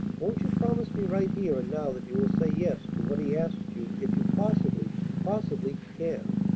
won't you promise me right here and now that you will say yes to what he asks you if you possibly, possibly can?